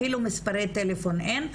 אפילו מספרי טלפון אין.